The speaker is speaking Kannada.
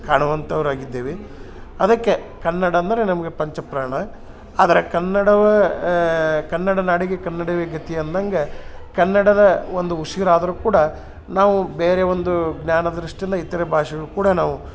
ಕಾಣುವಂತವರಾಗಿದ್ದೇವೆ ಅದಕ್ಕೆ ಕನ್ನಡ ಅಂದರೆ ನಮಗೆ ಪಂಚಪ್ರಾಣ ಆದರೆ ಕನ್ನಡವ ಕನ್ನಡ ನಾಡಿಗೆ ಕನ್ನಡವೆ ಗತಿ ಅಂದಂಗೆ ಕನ್ನಡದ ಒಂದು ಉಸಿರಾದ್ರು ಕೂಡ ನಾವು ಬೇರೆ ಒಂದು ಜ್ಞಾನ ದೃಷ್ಟಿಲೆ ಇತರ ಭಾಷೆಗಳು ಕೂಡ ನಾವು